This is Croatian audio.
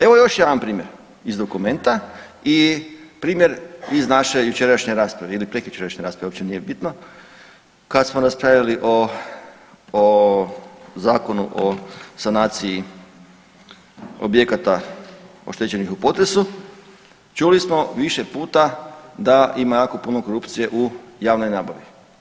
Evo još jedna primjer iz dokumenta i primjer iz naše jučerašnje rasprave ili prekjučerašnje rasprave uopće nije bitno, kad smo raspravljali o, o Zakonu o sanaciji objekata oštećenih u potresu, čuli smo više puta da ima jako puno korupcije u javnoj nabavi.